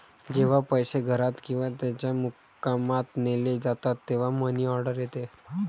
जेव्हा पैसे घरात किंवा त्याच्या मुक्कामात नेले जातात तेव्हा मनी ऑर्डर येते